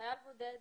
לחייל בודד,